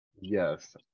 Yes